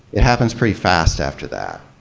it happens pretty fast after that.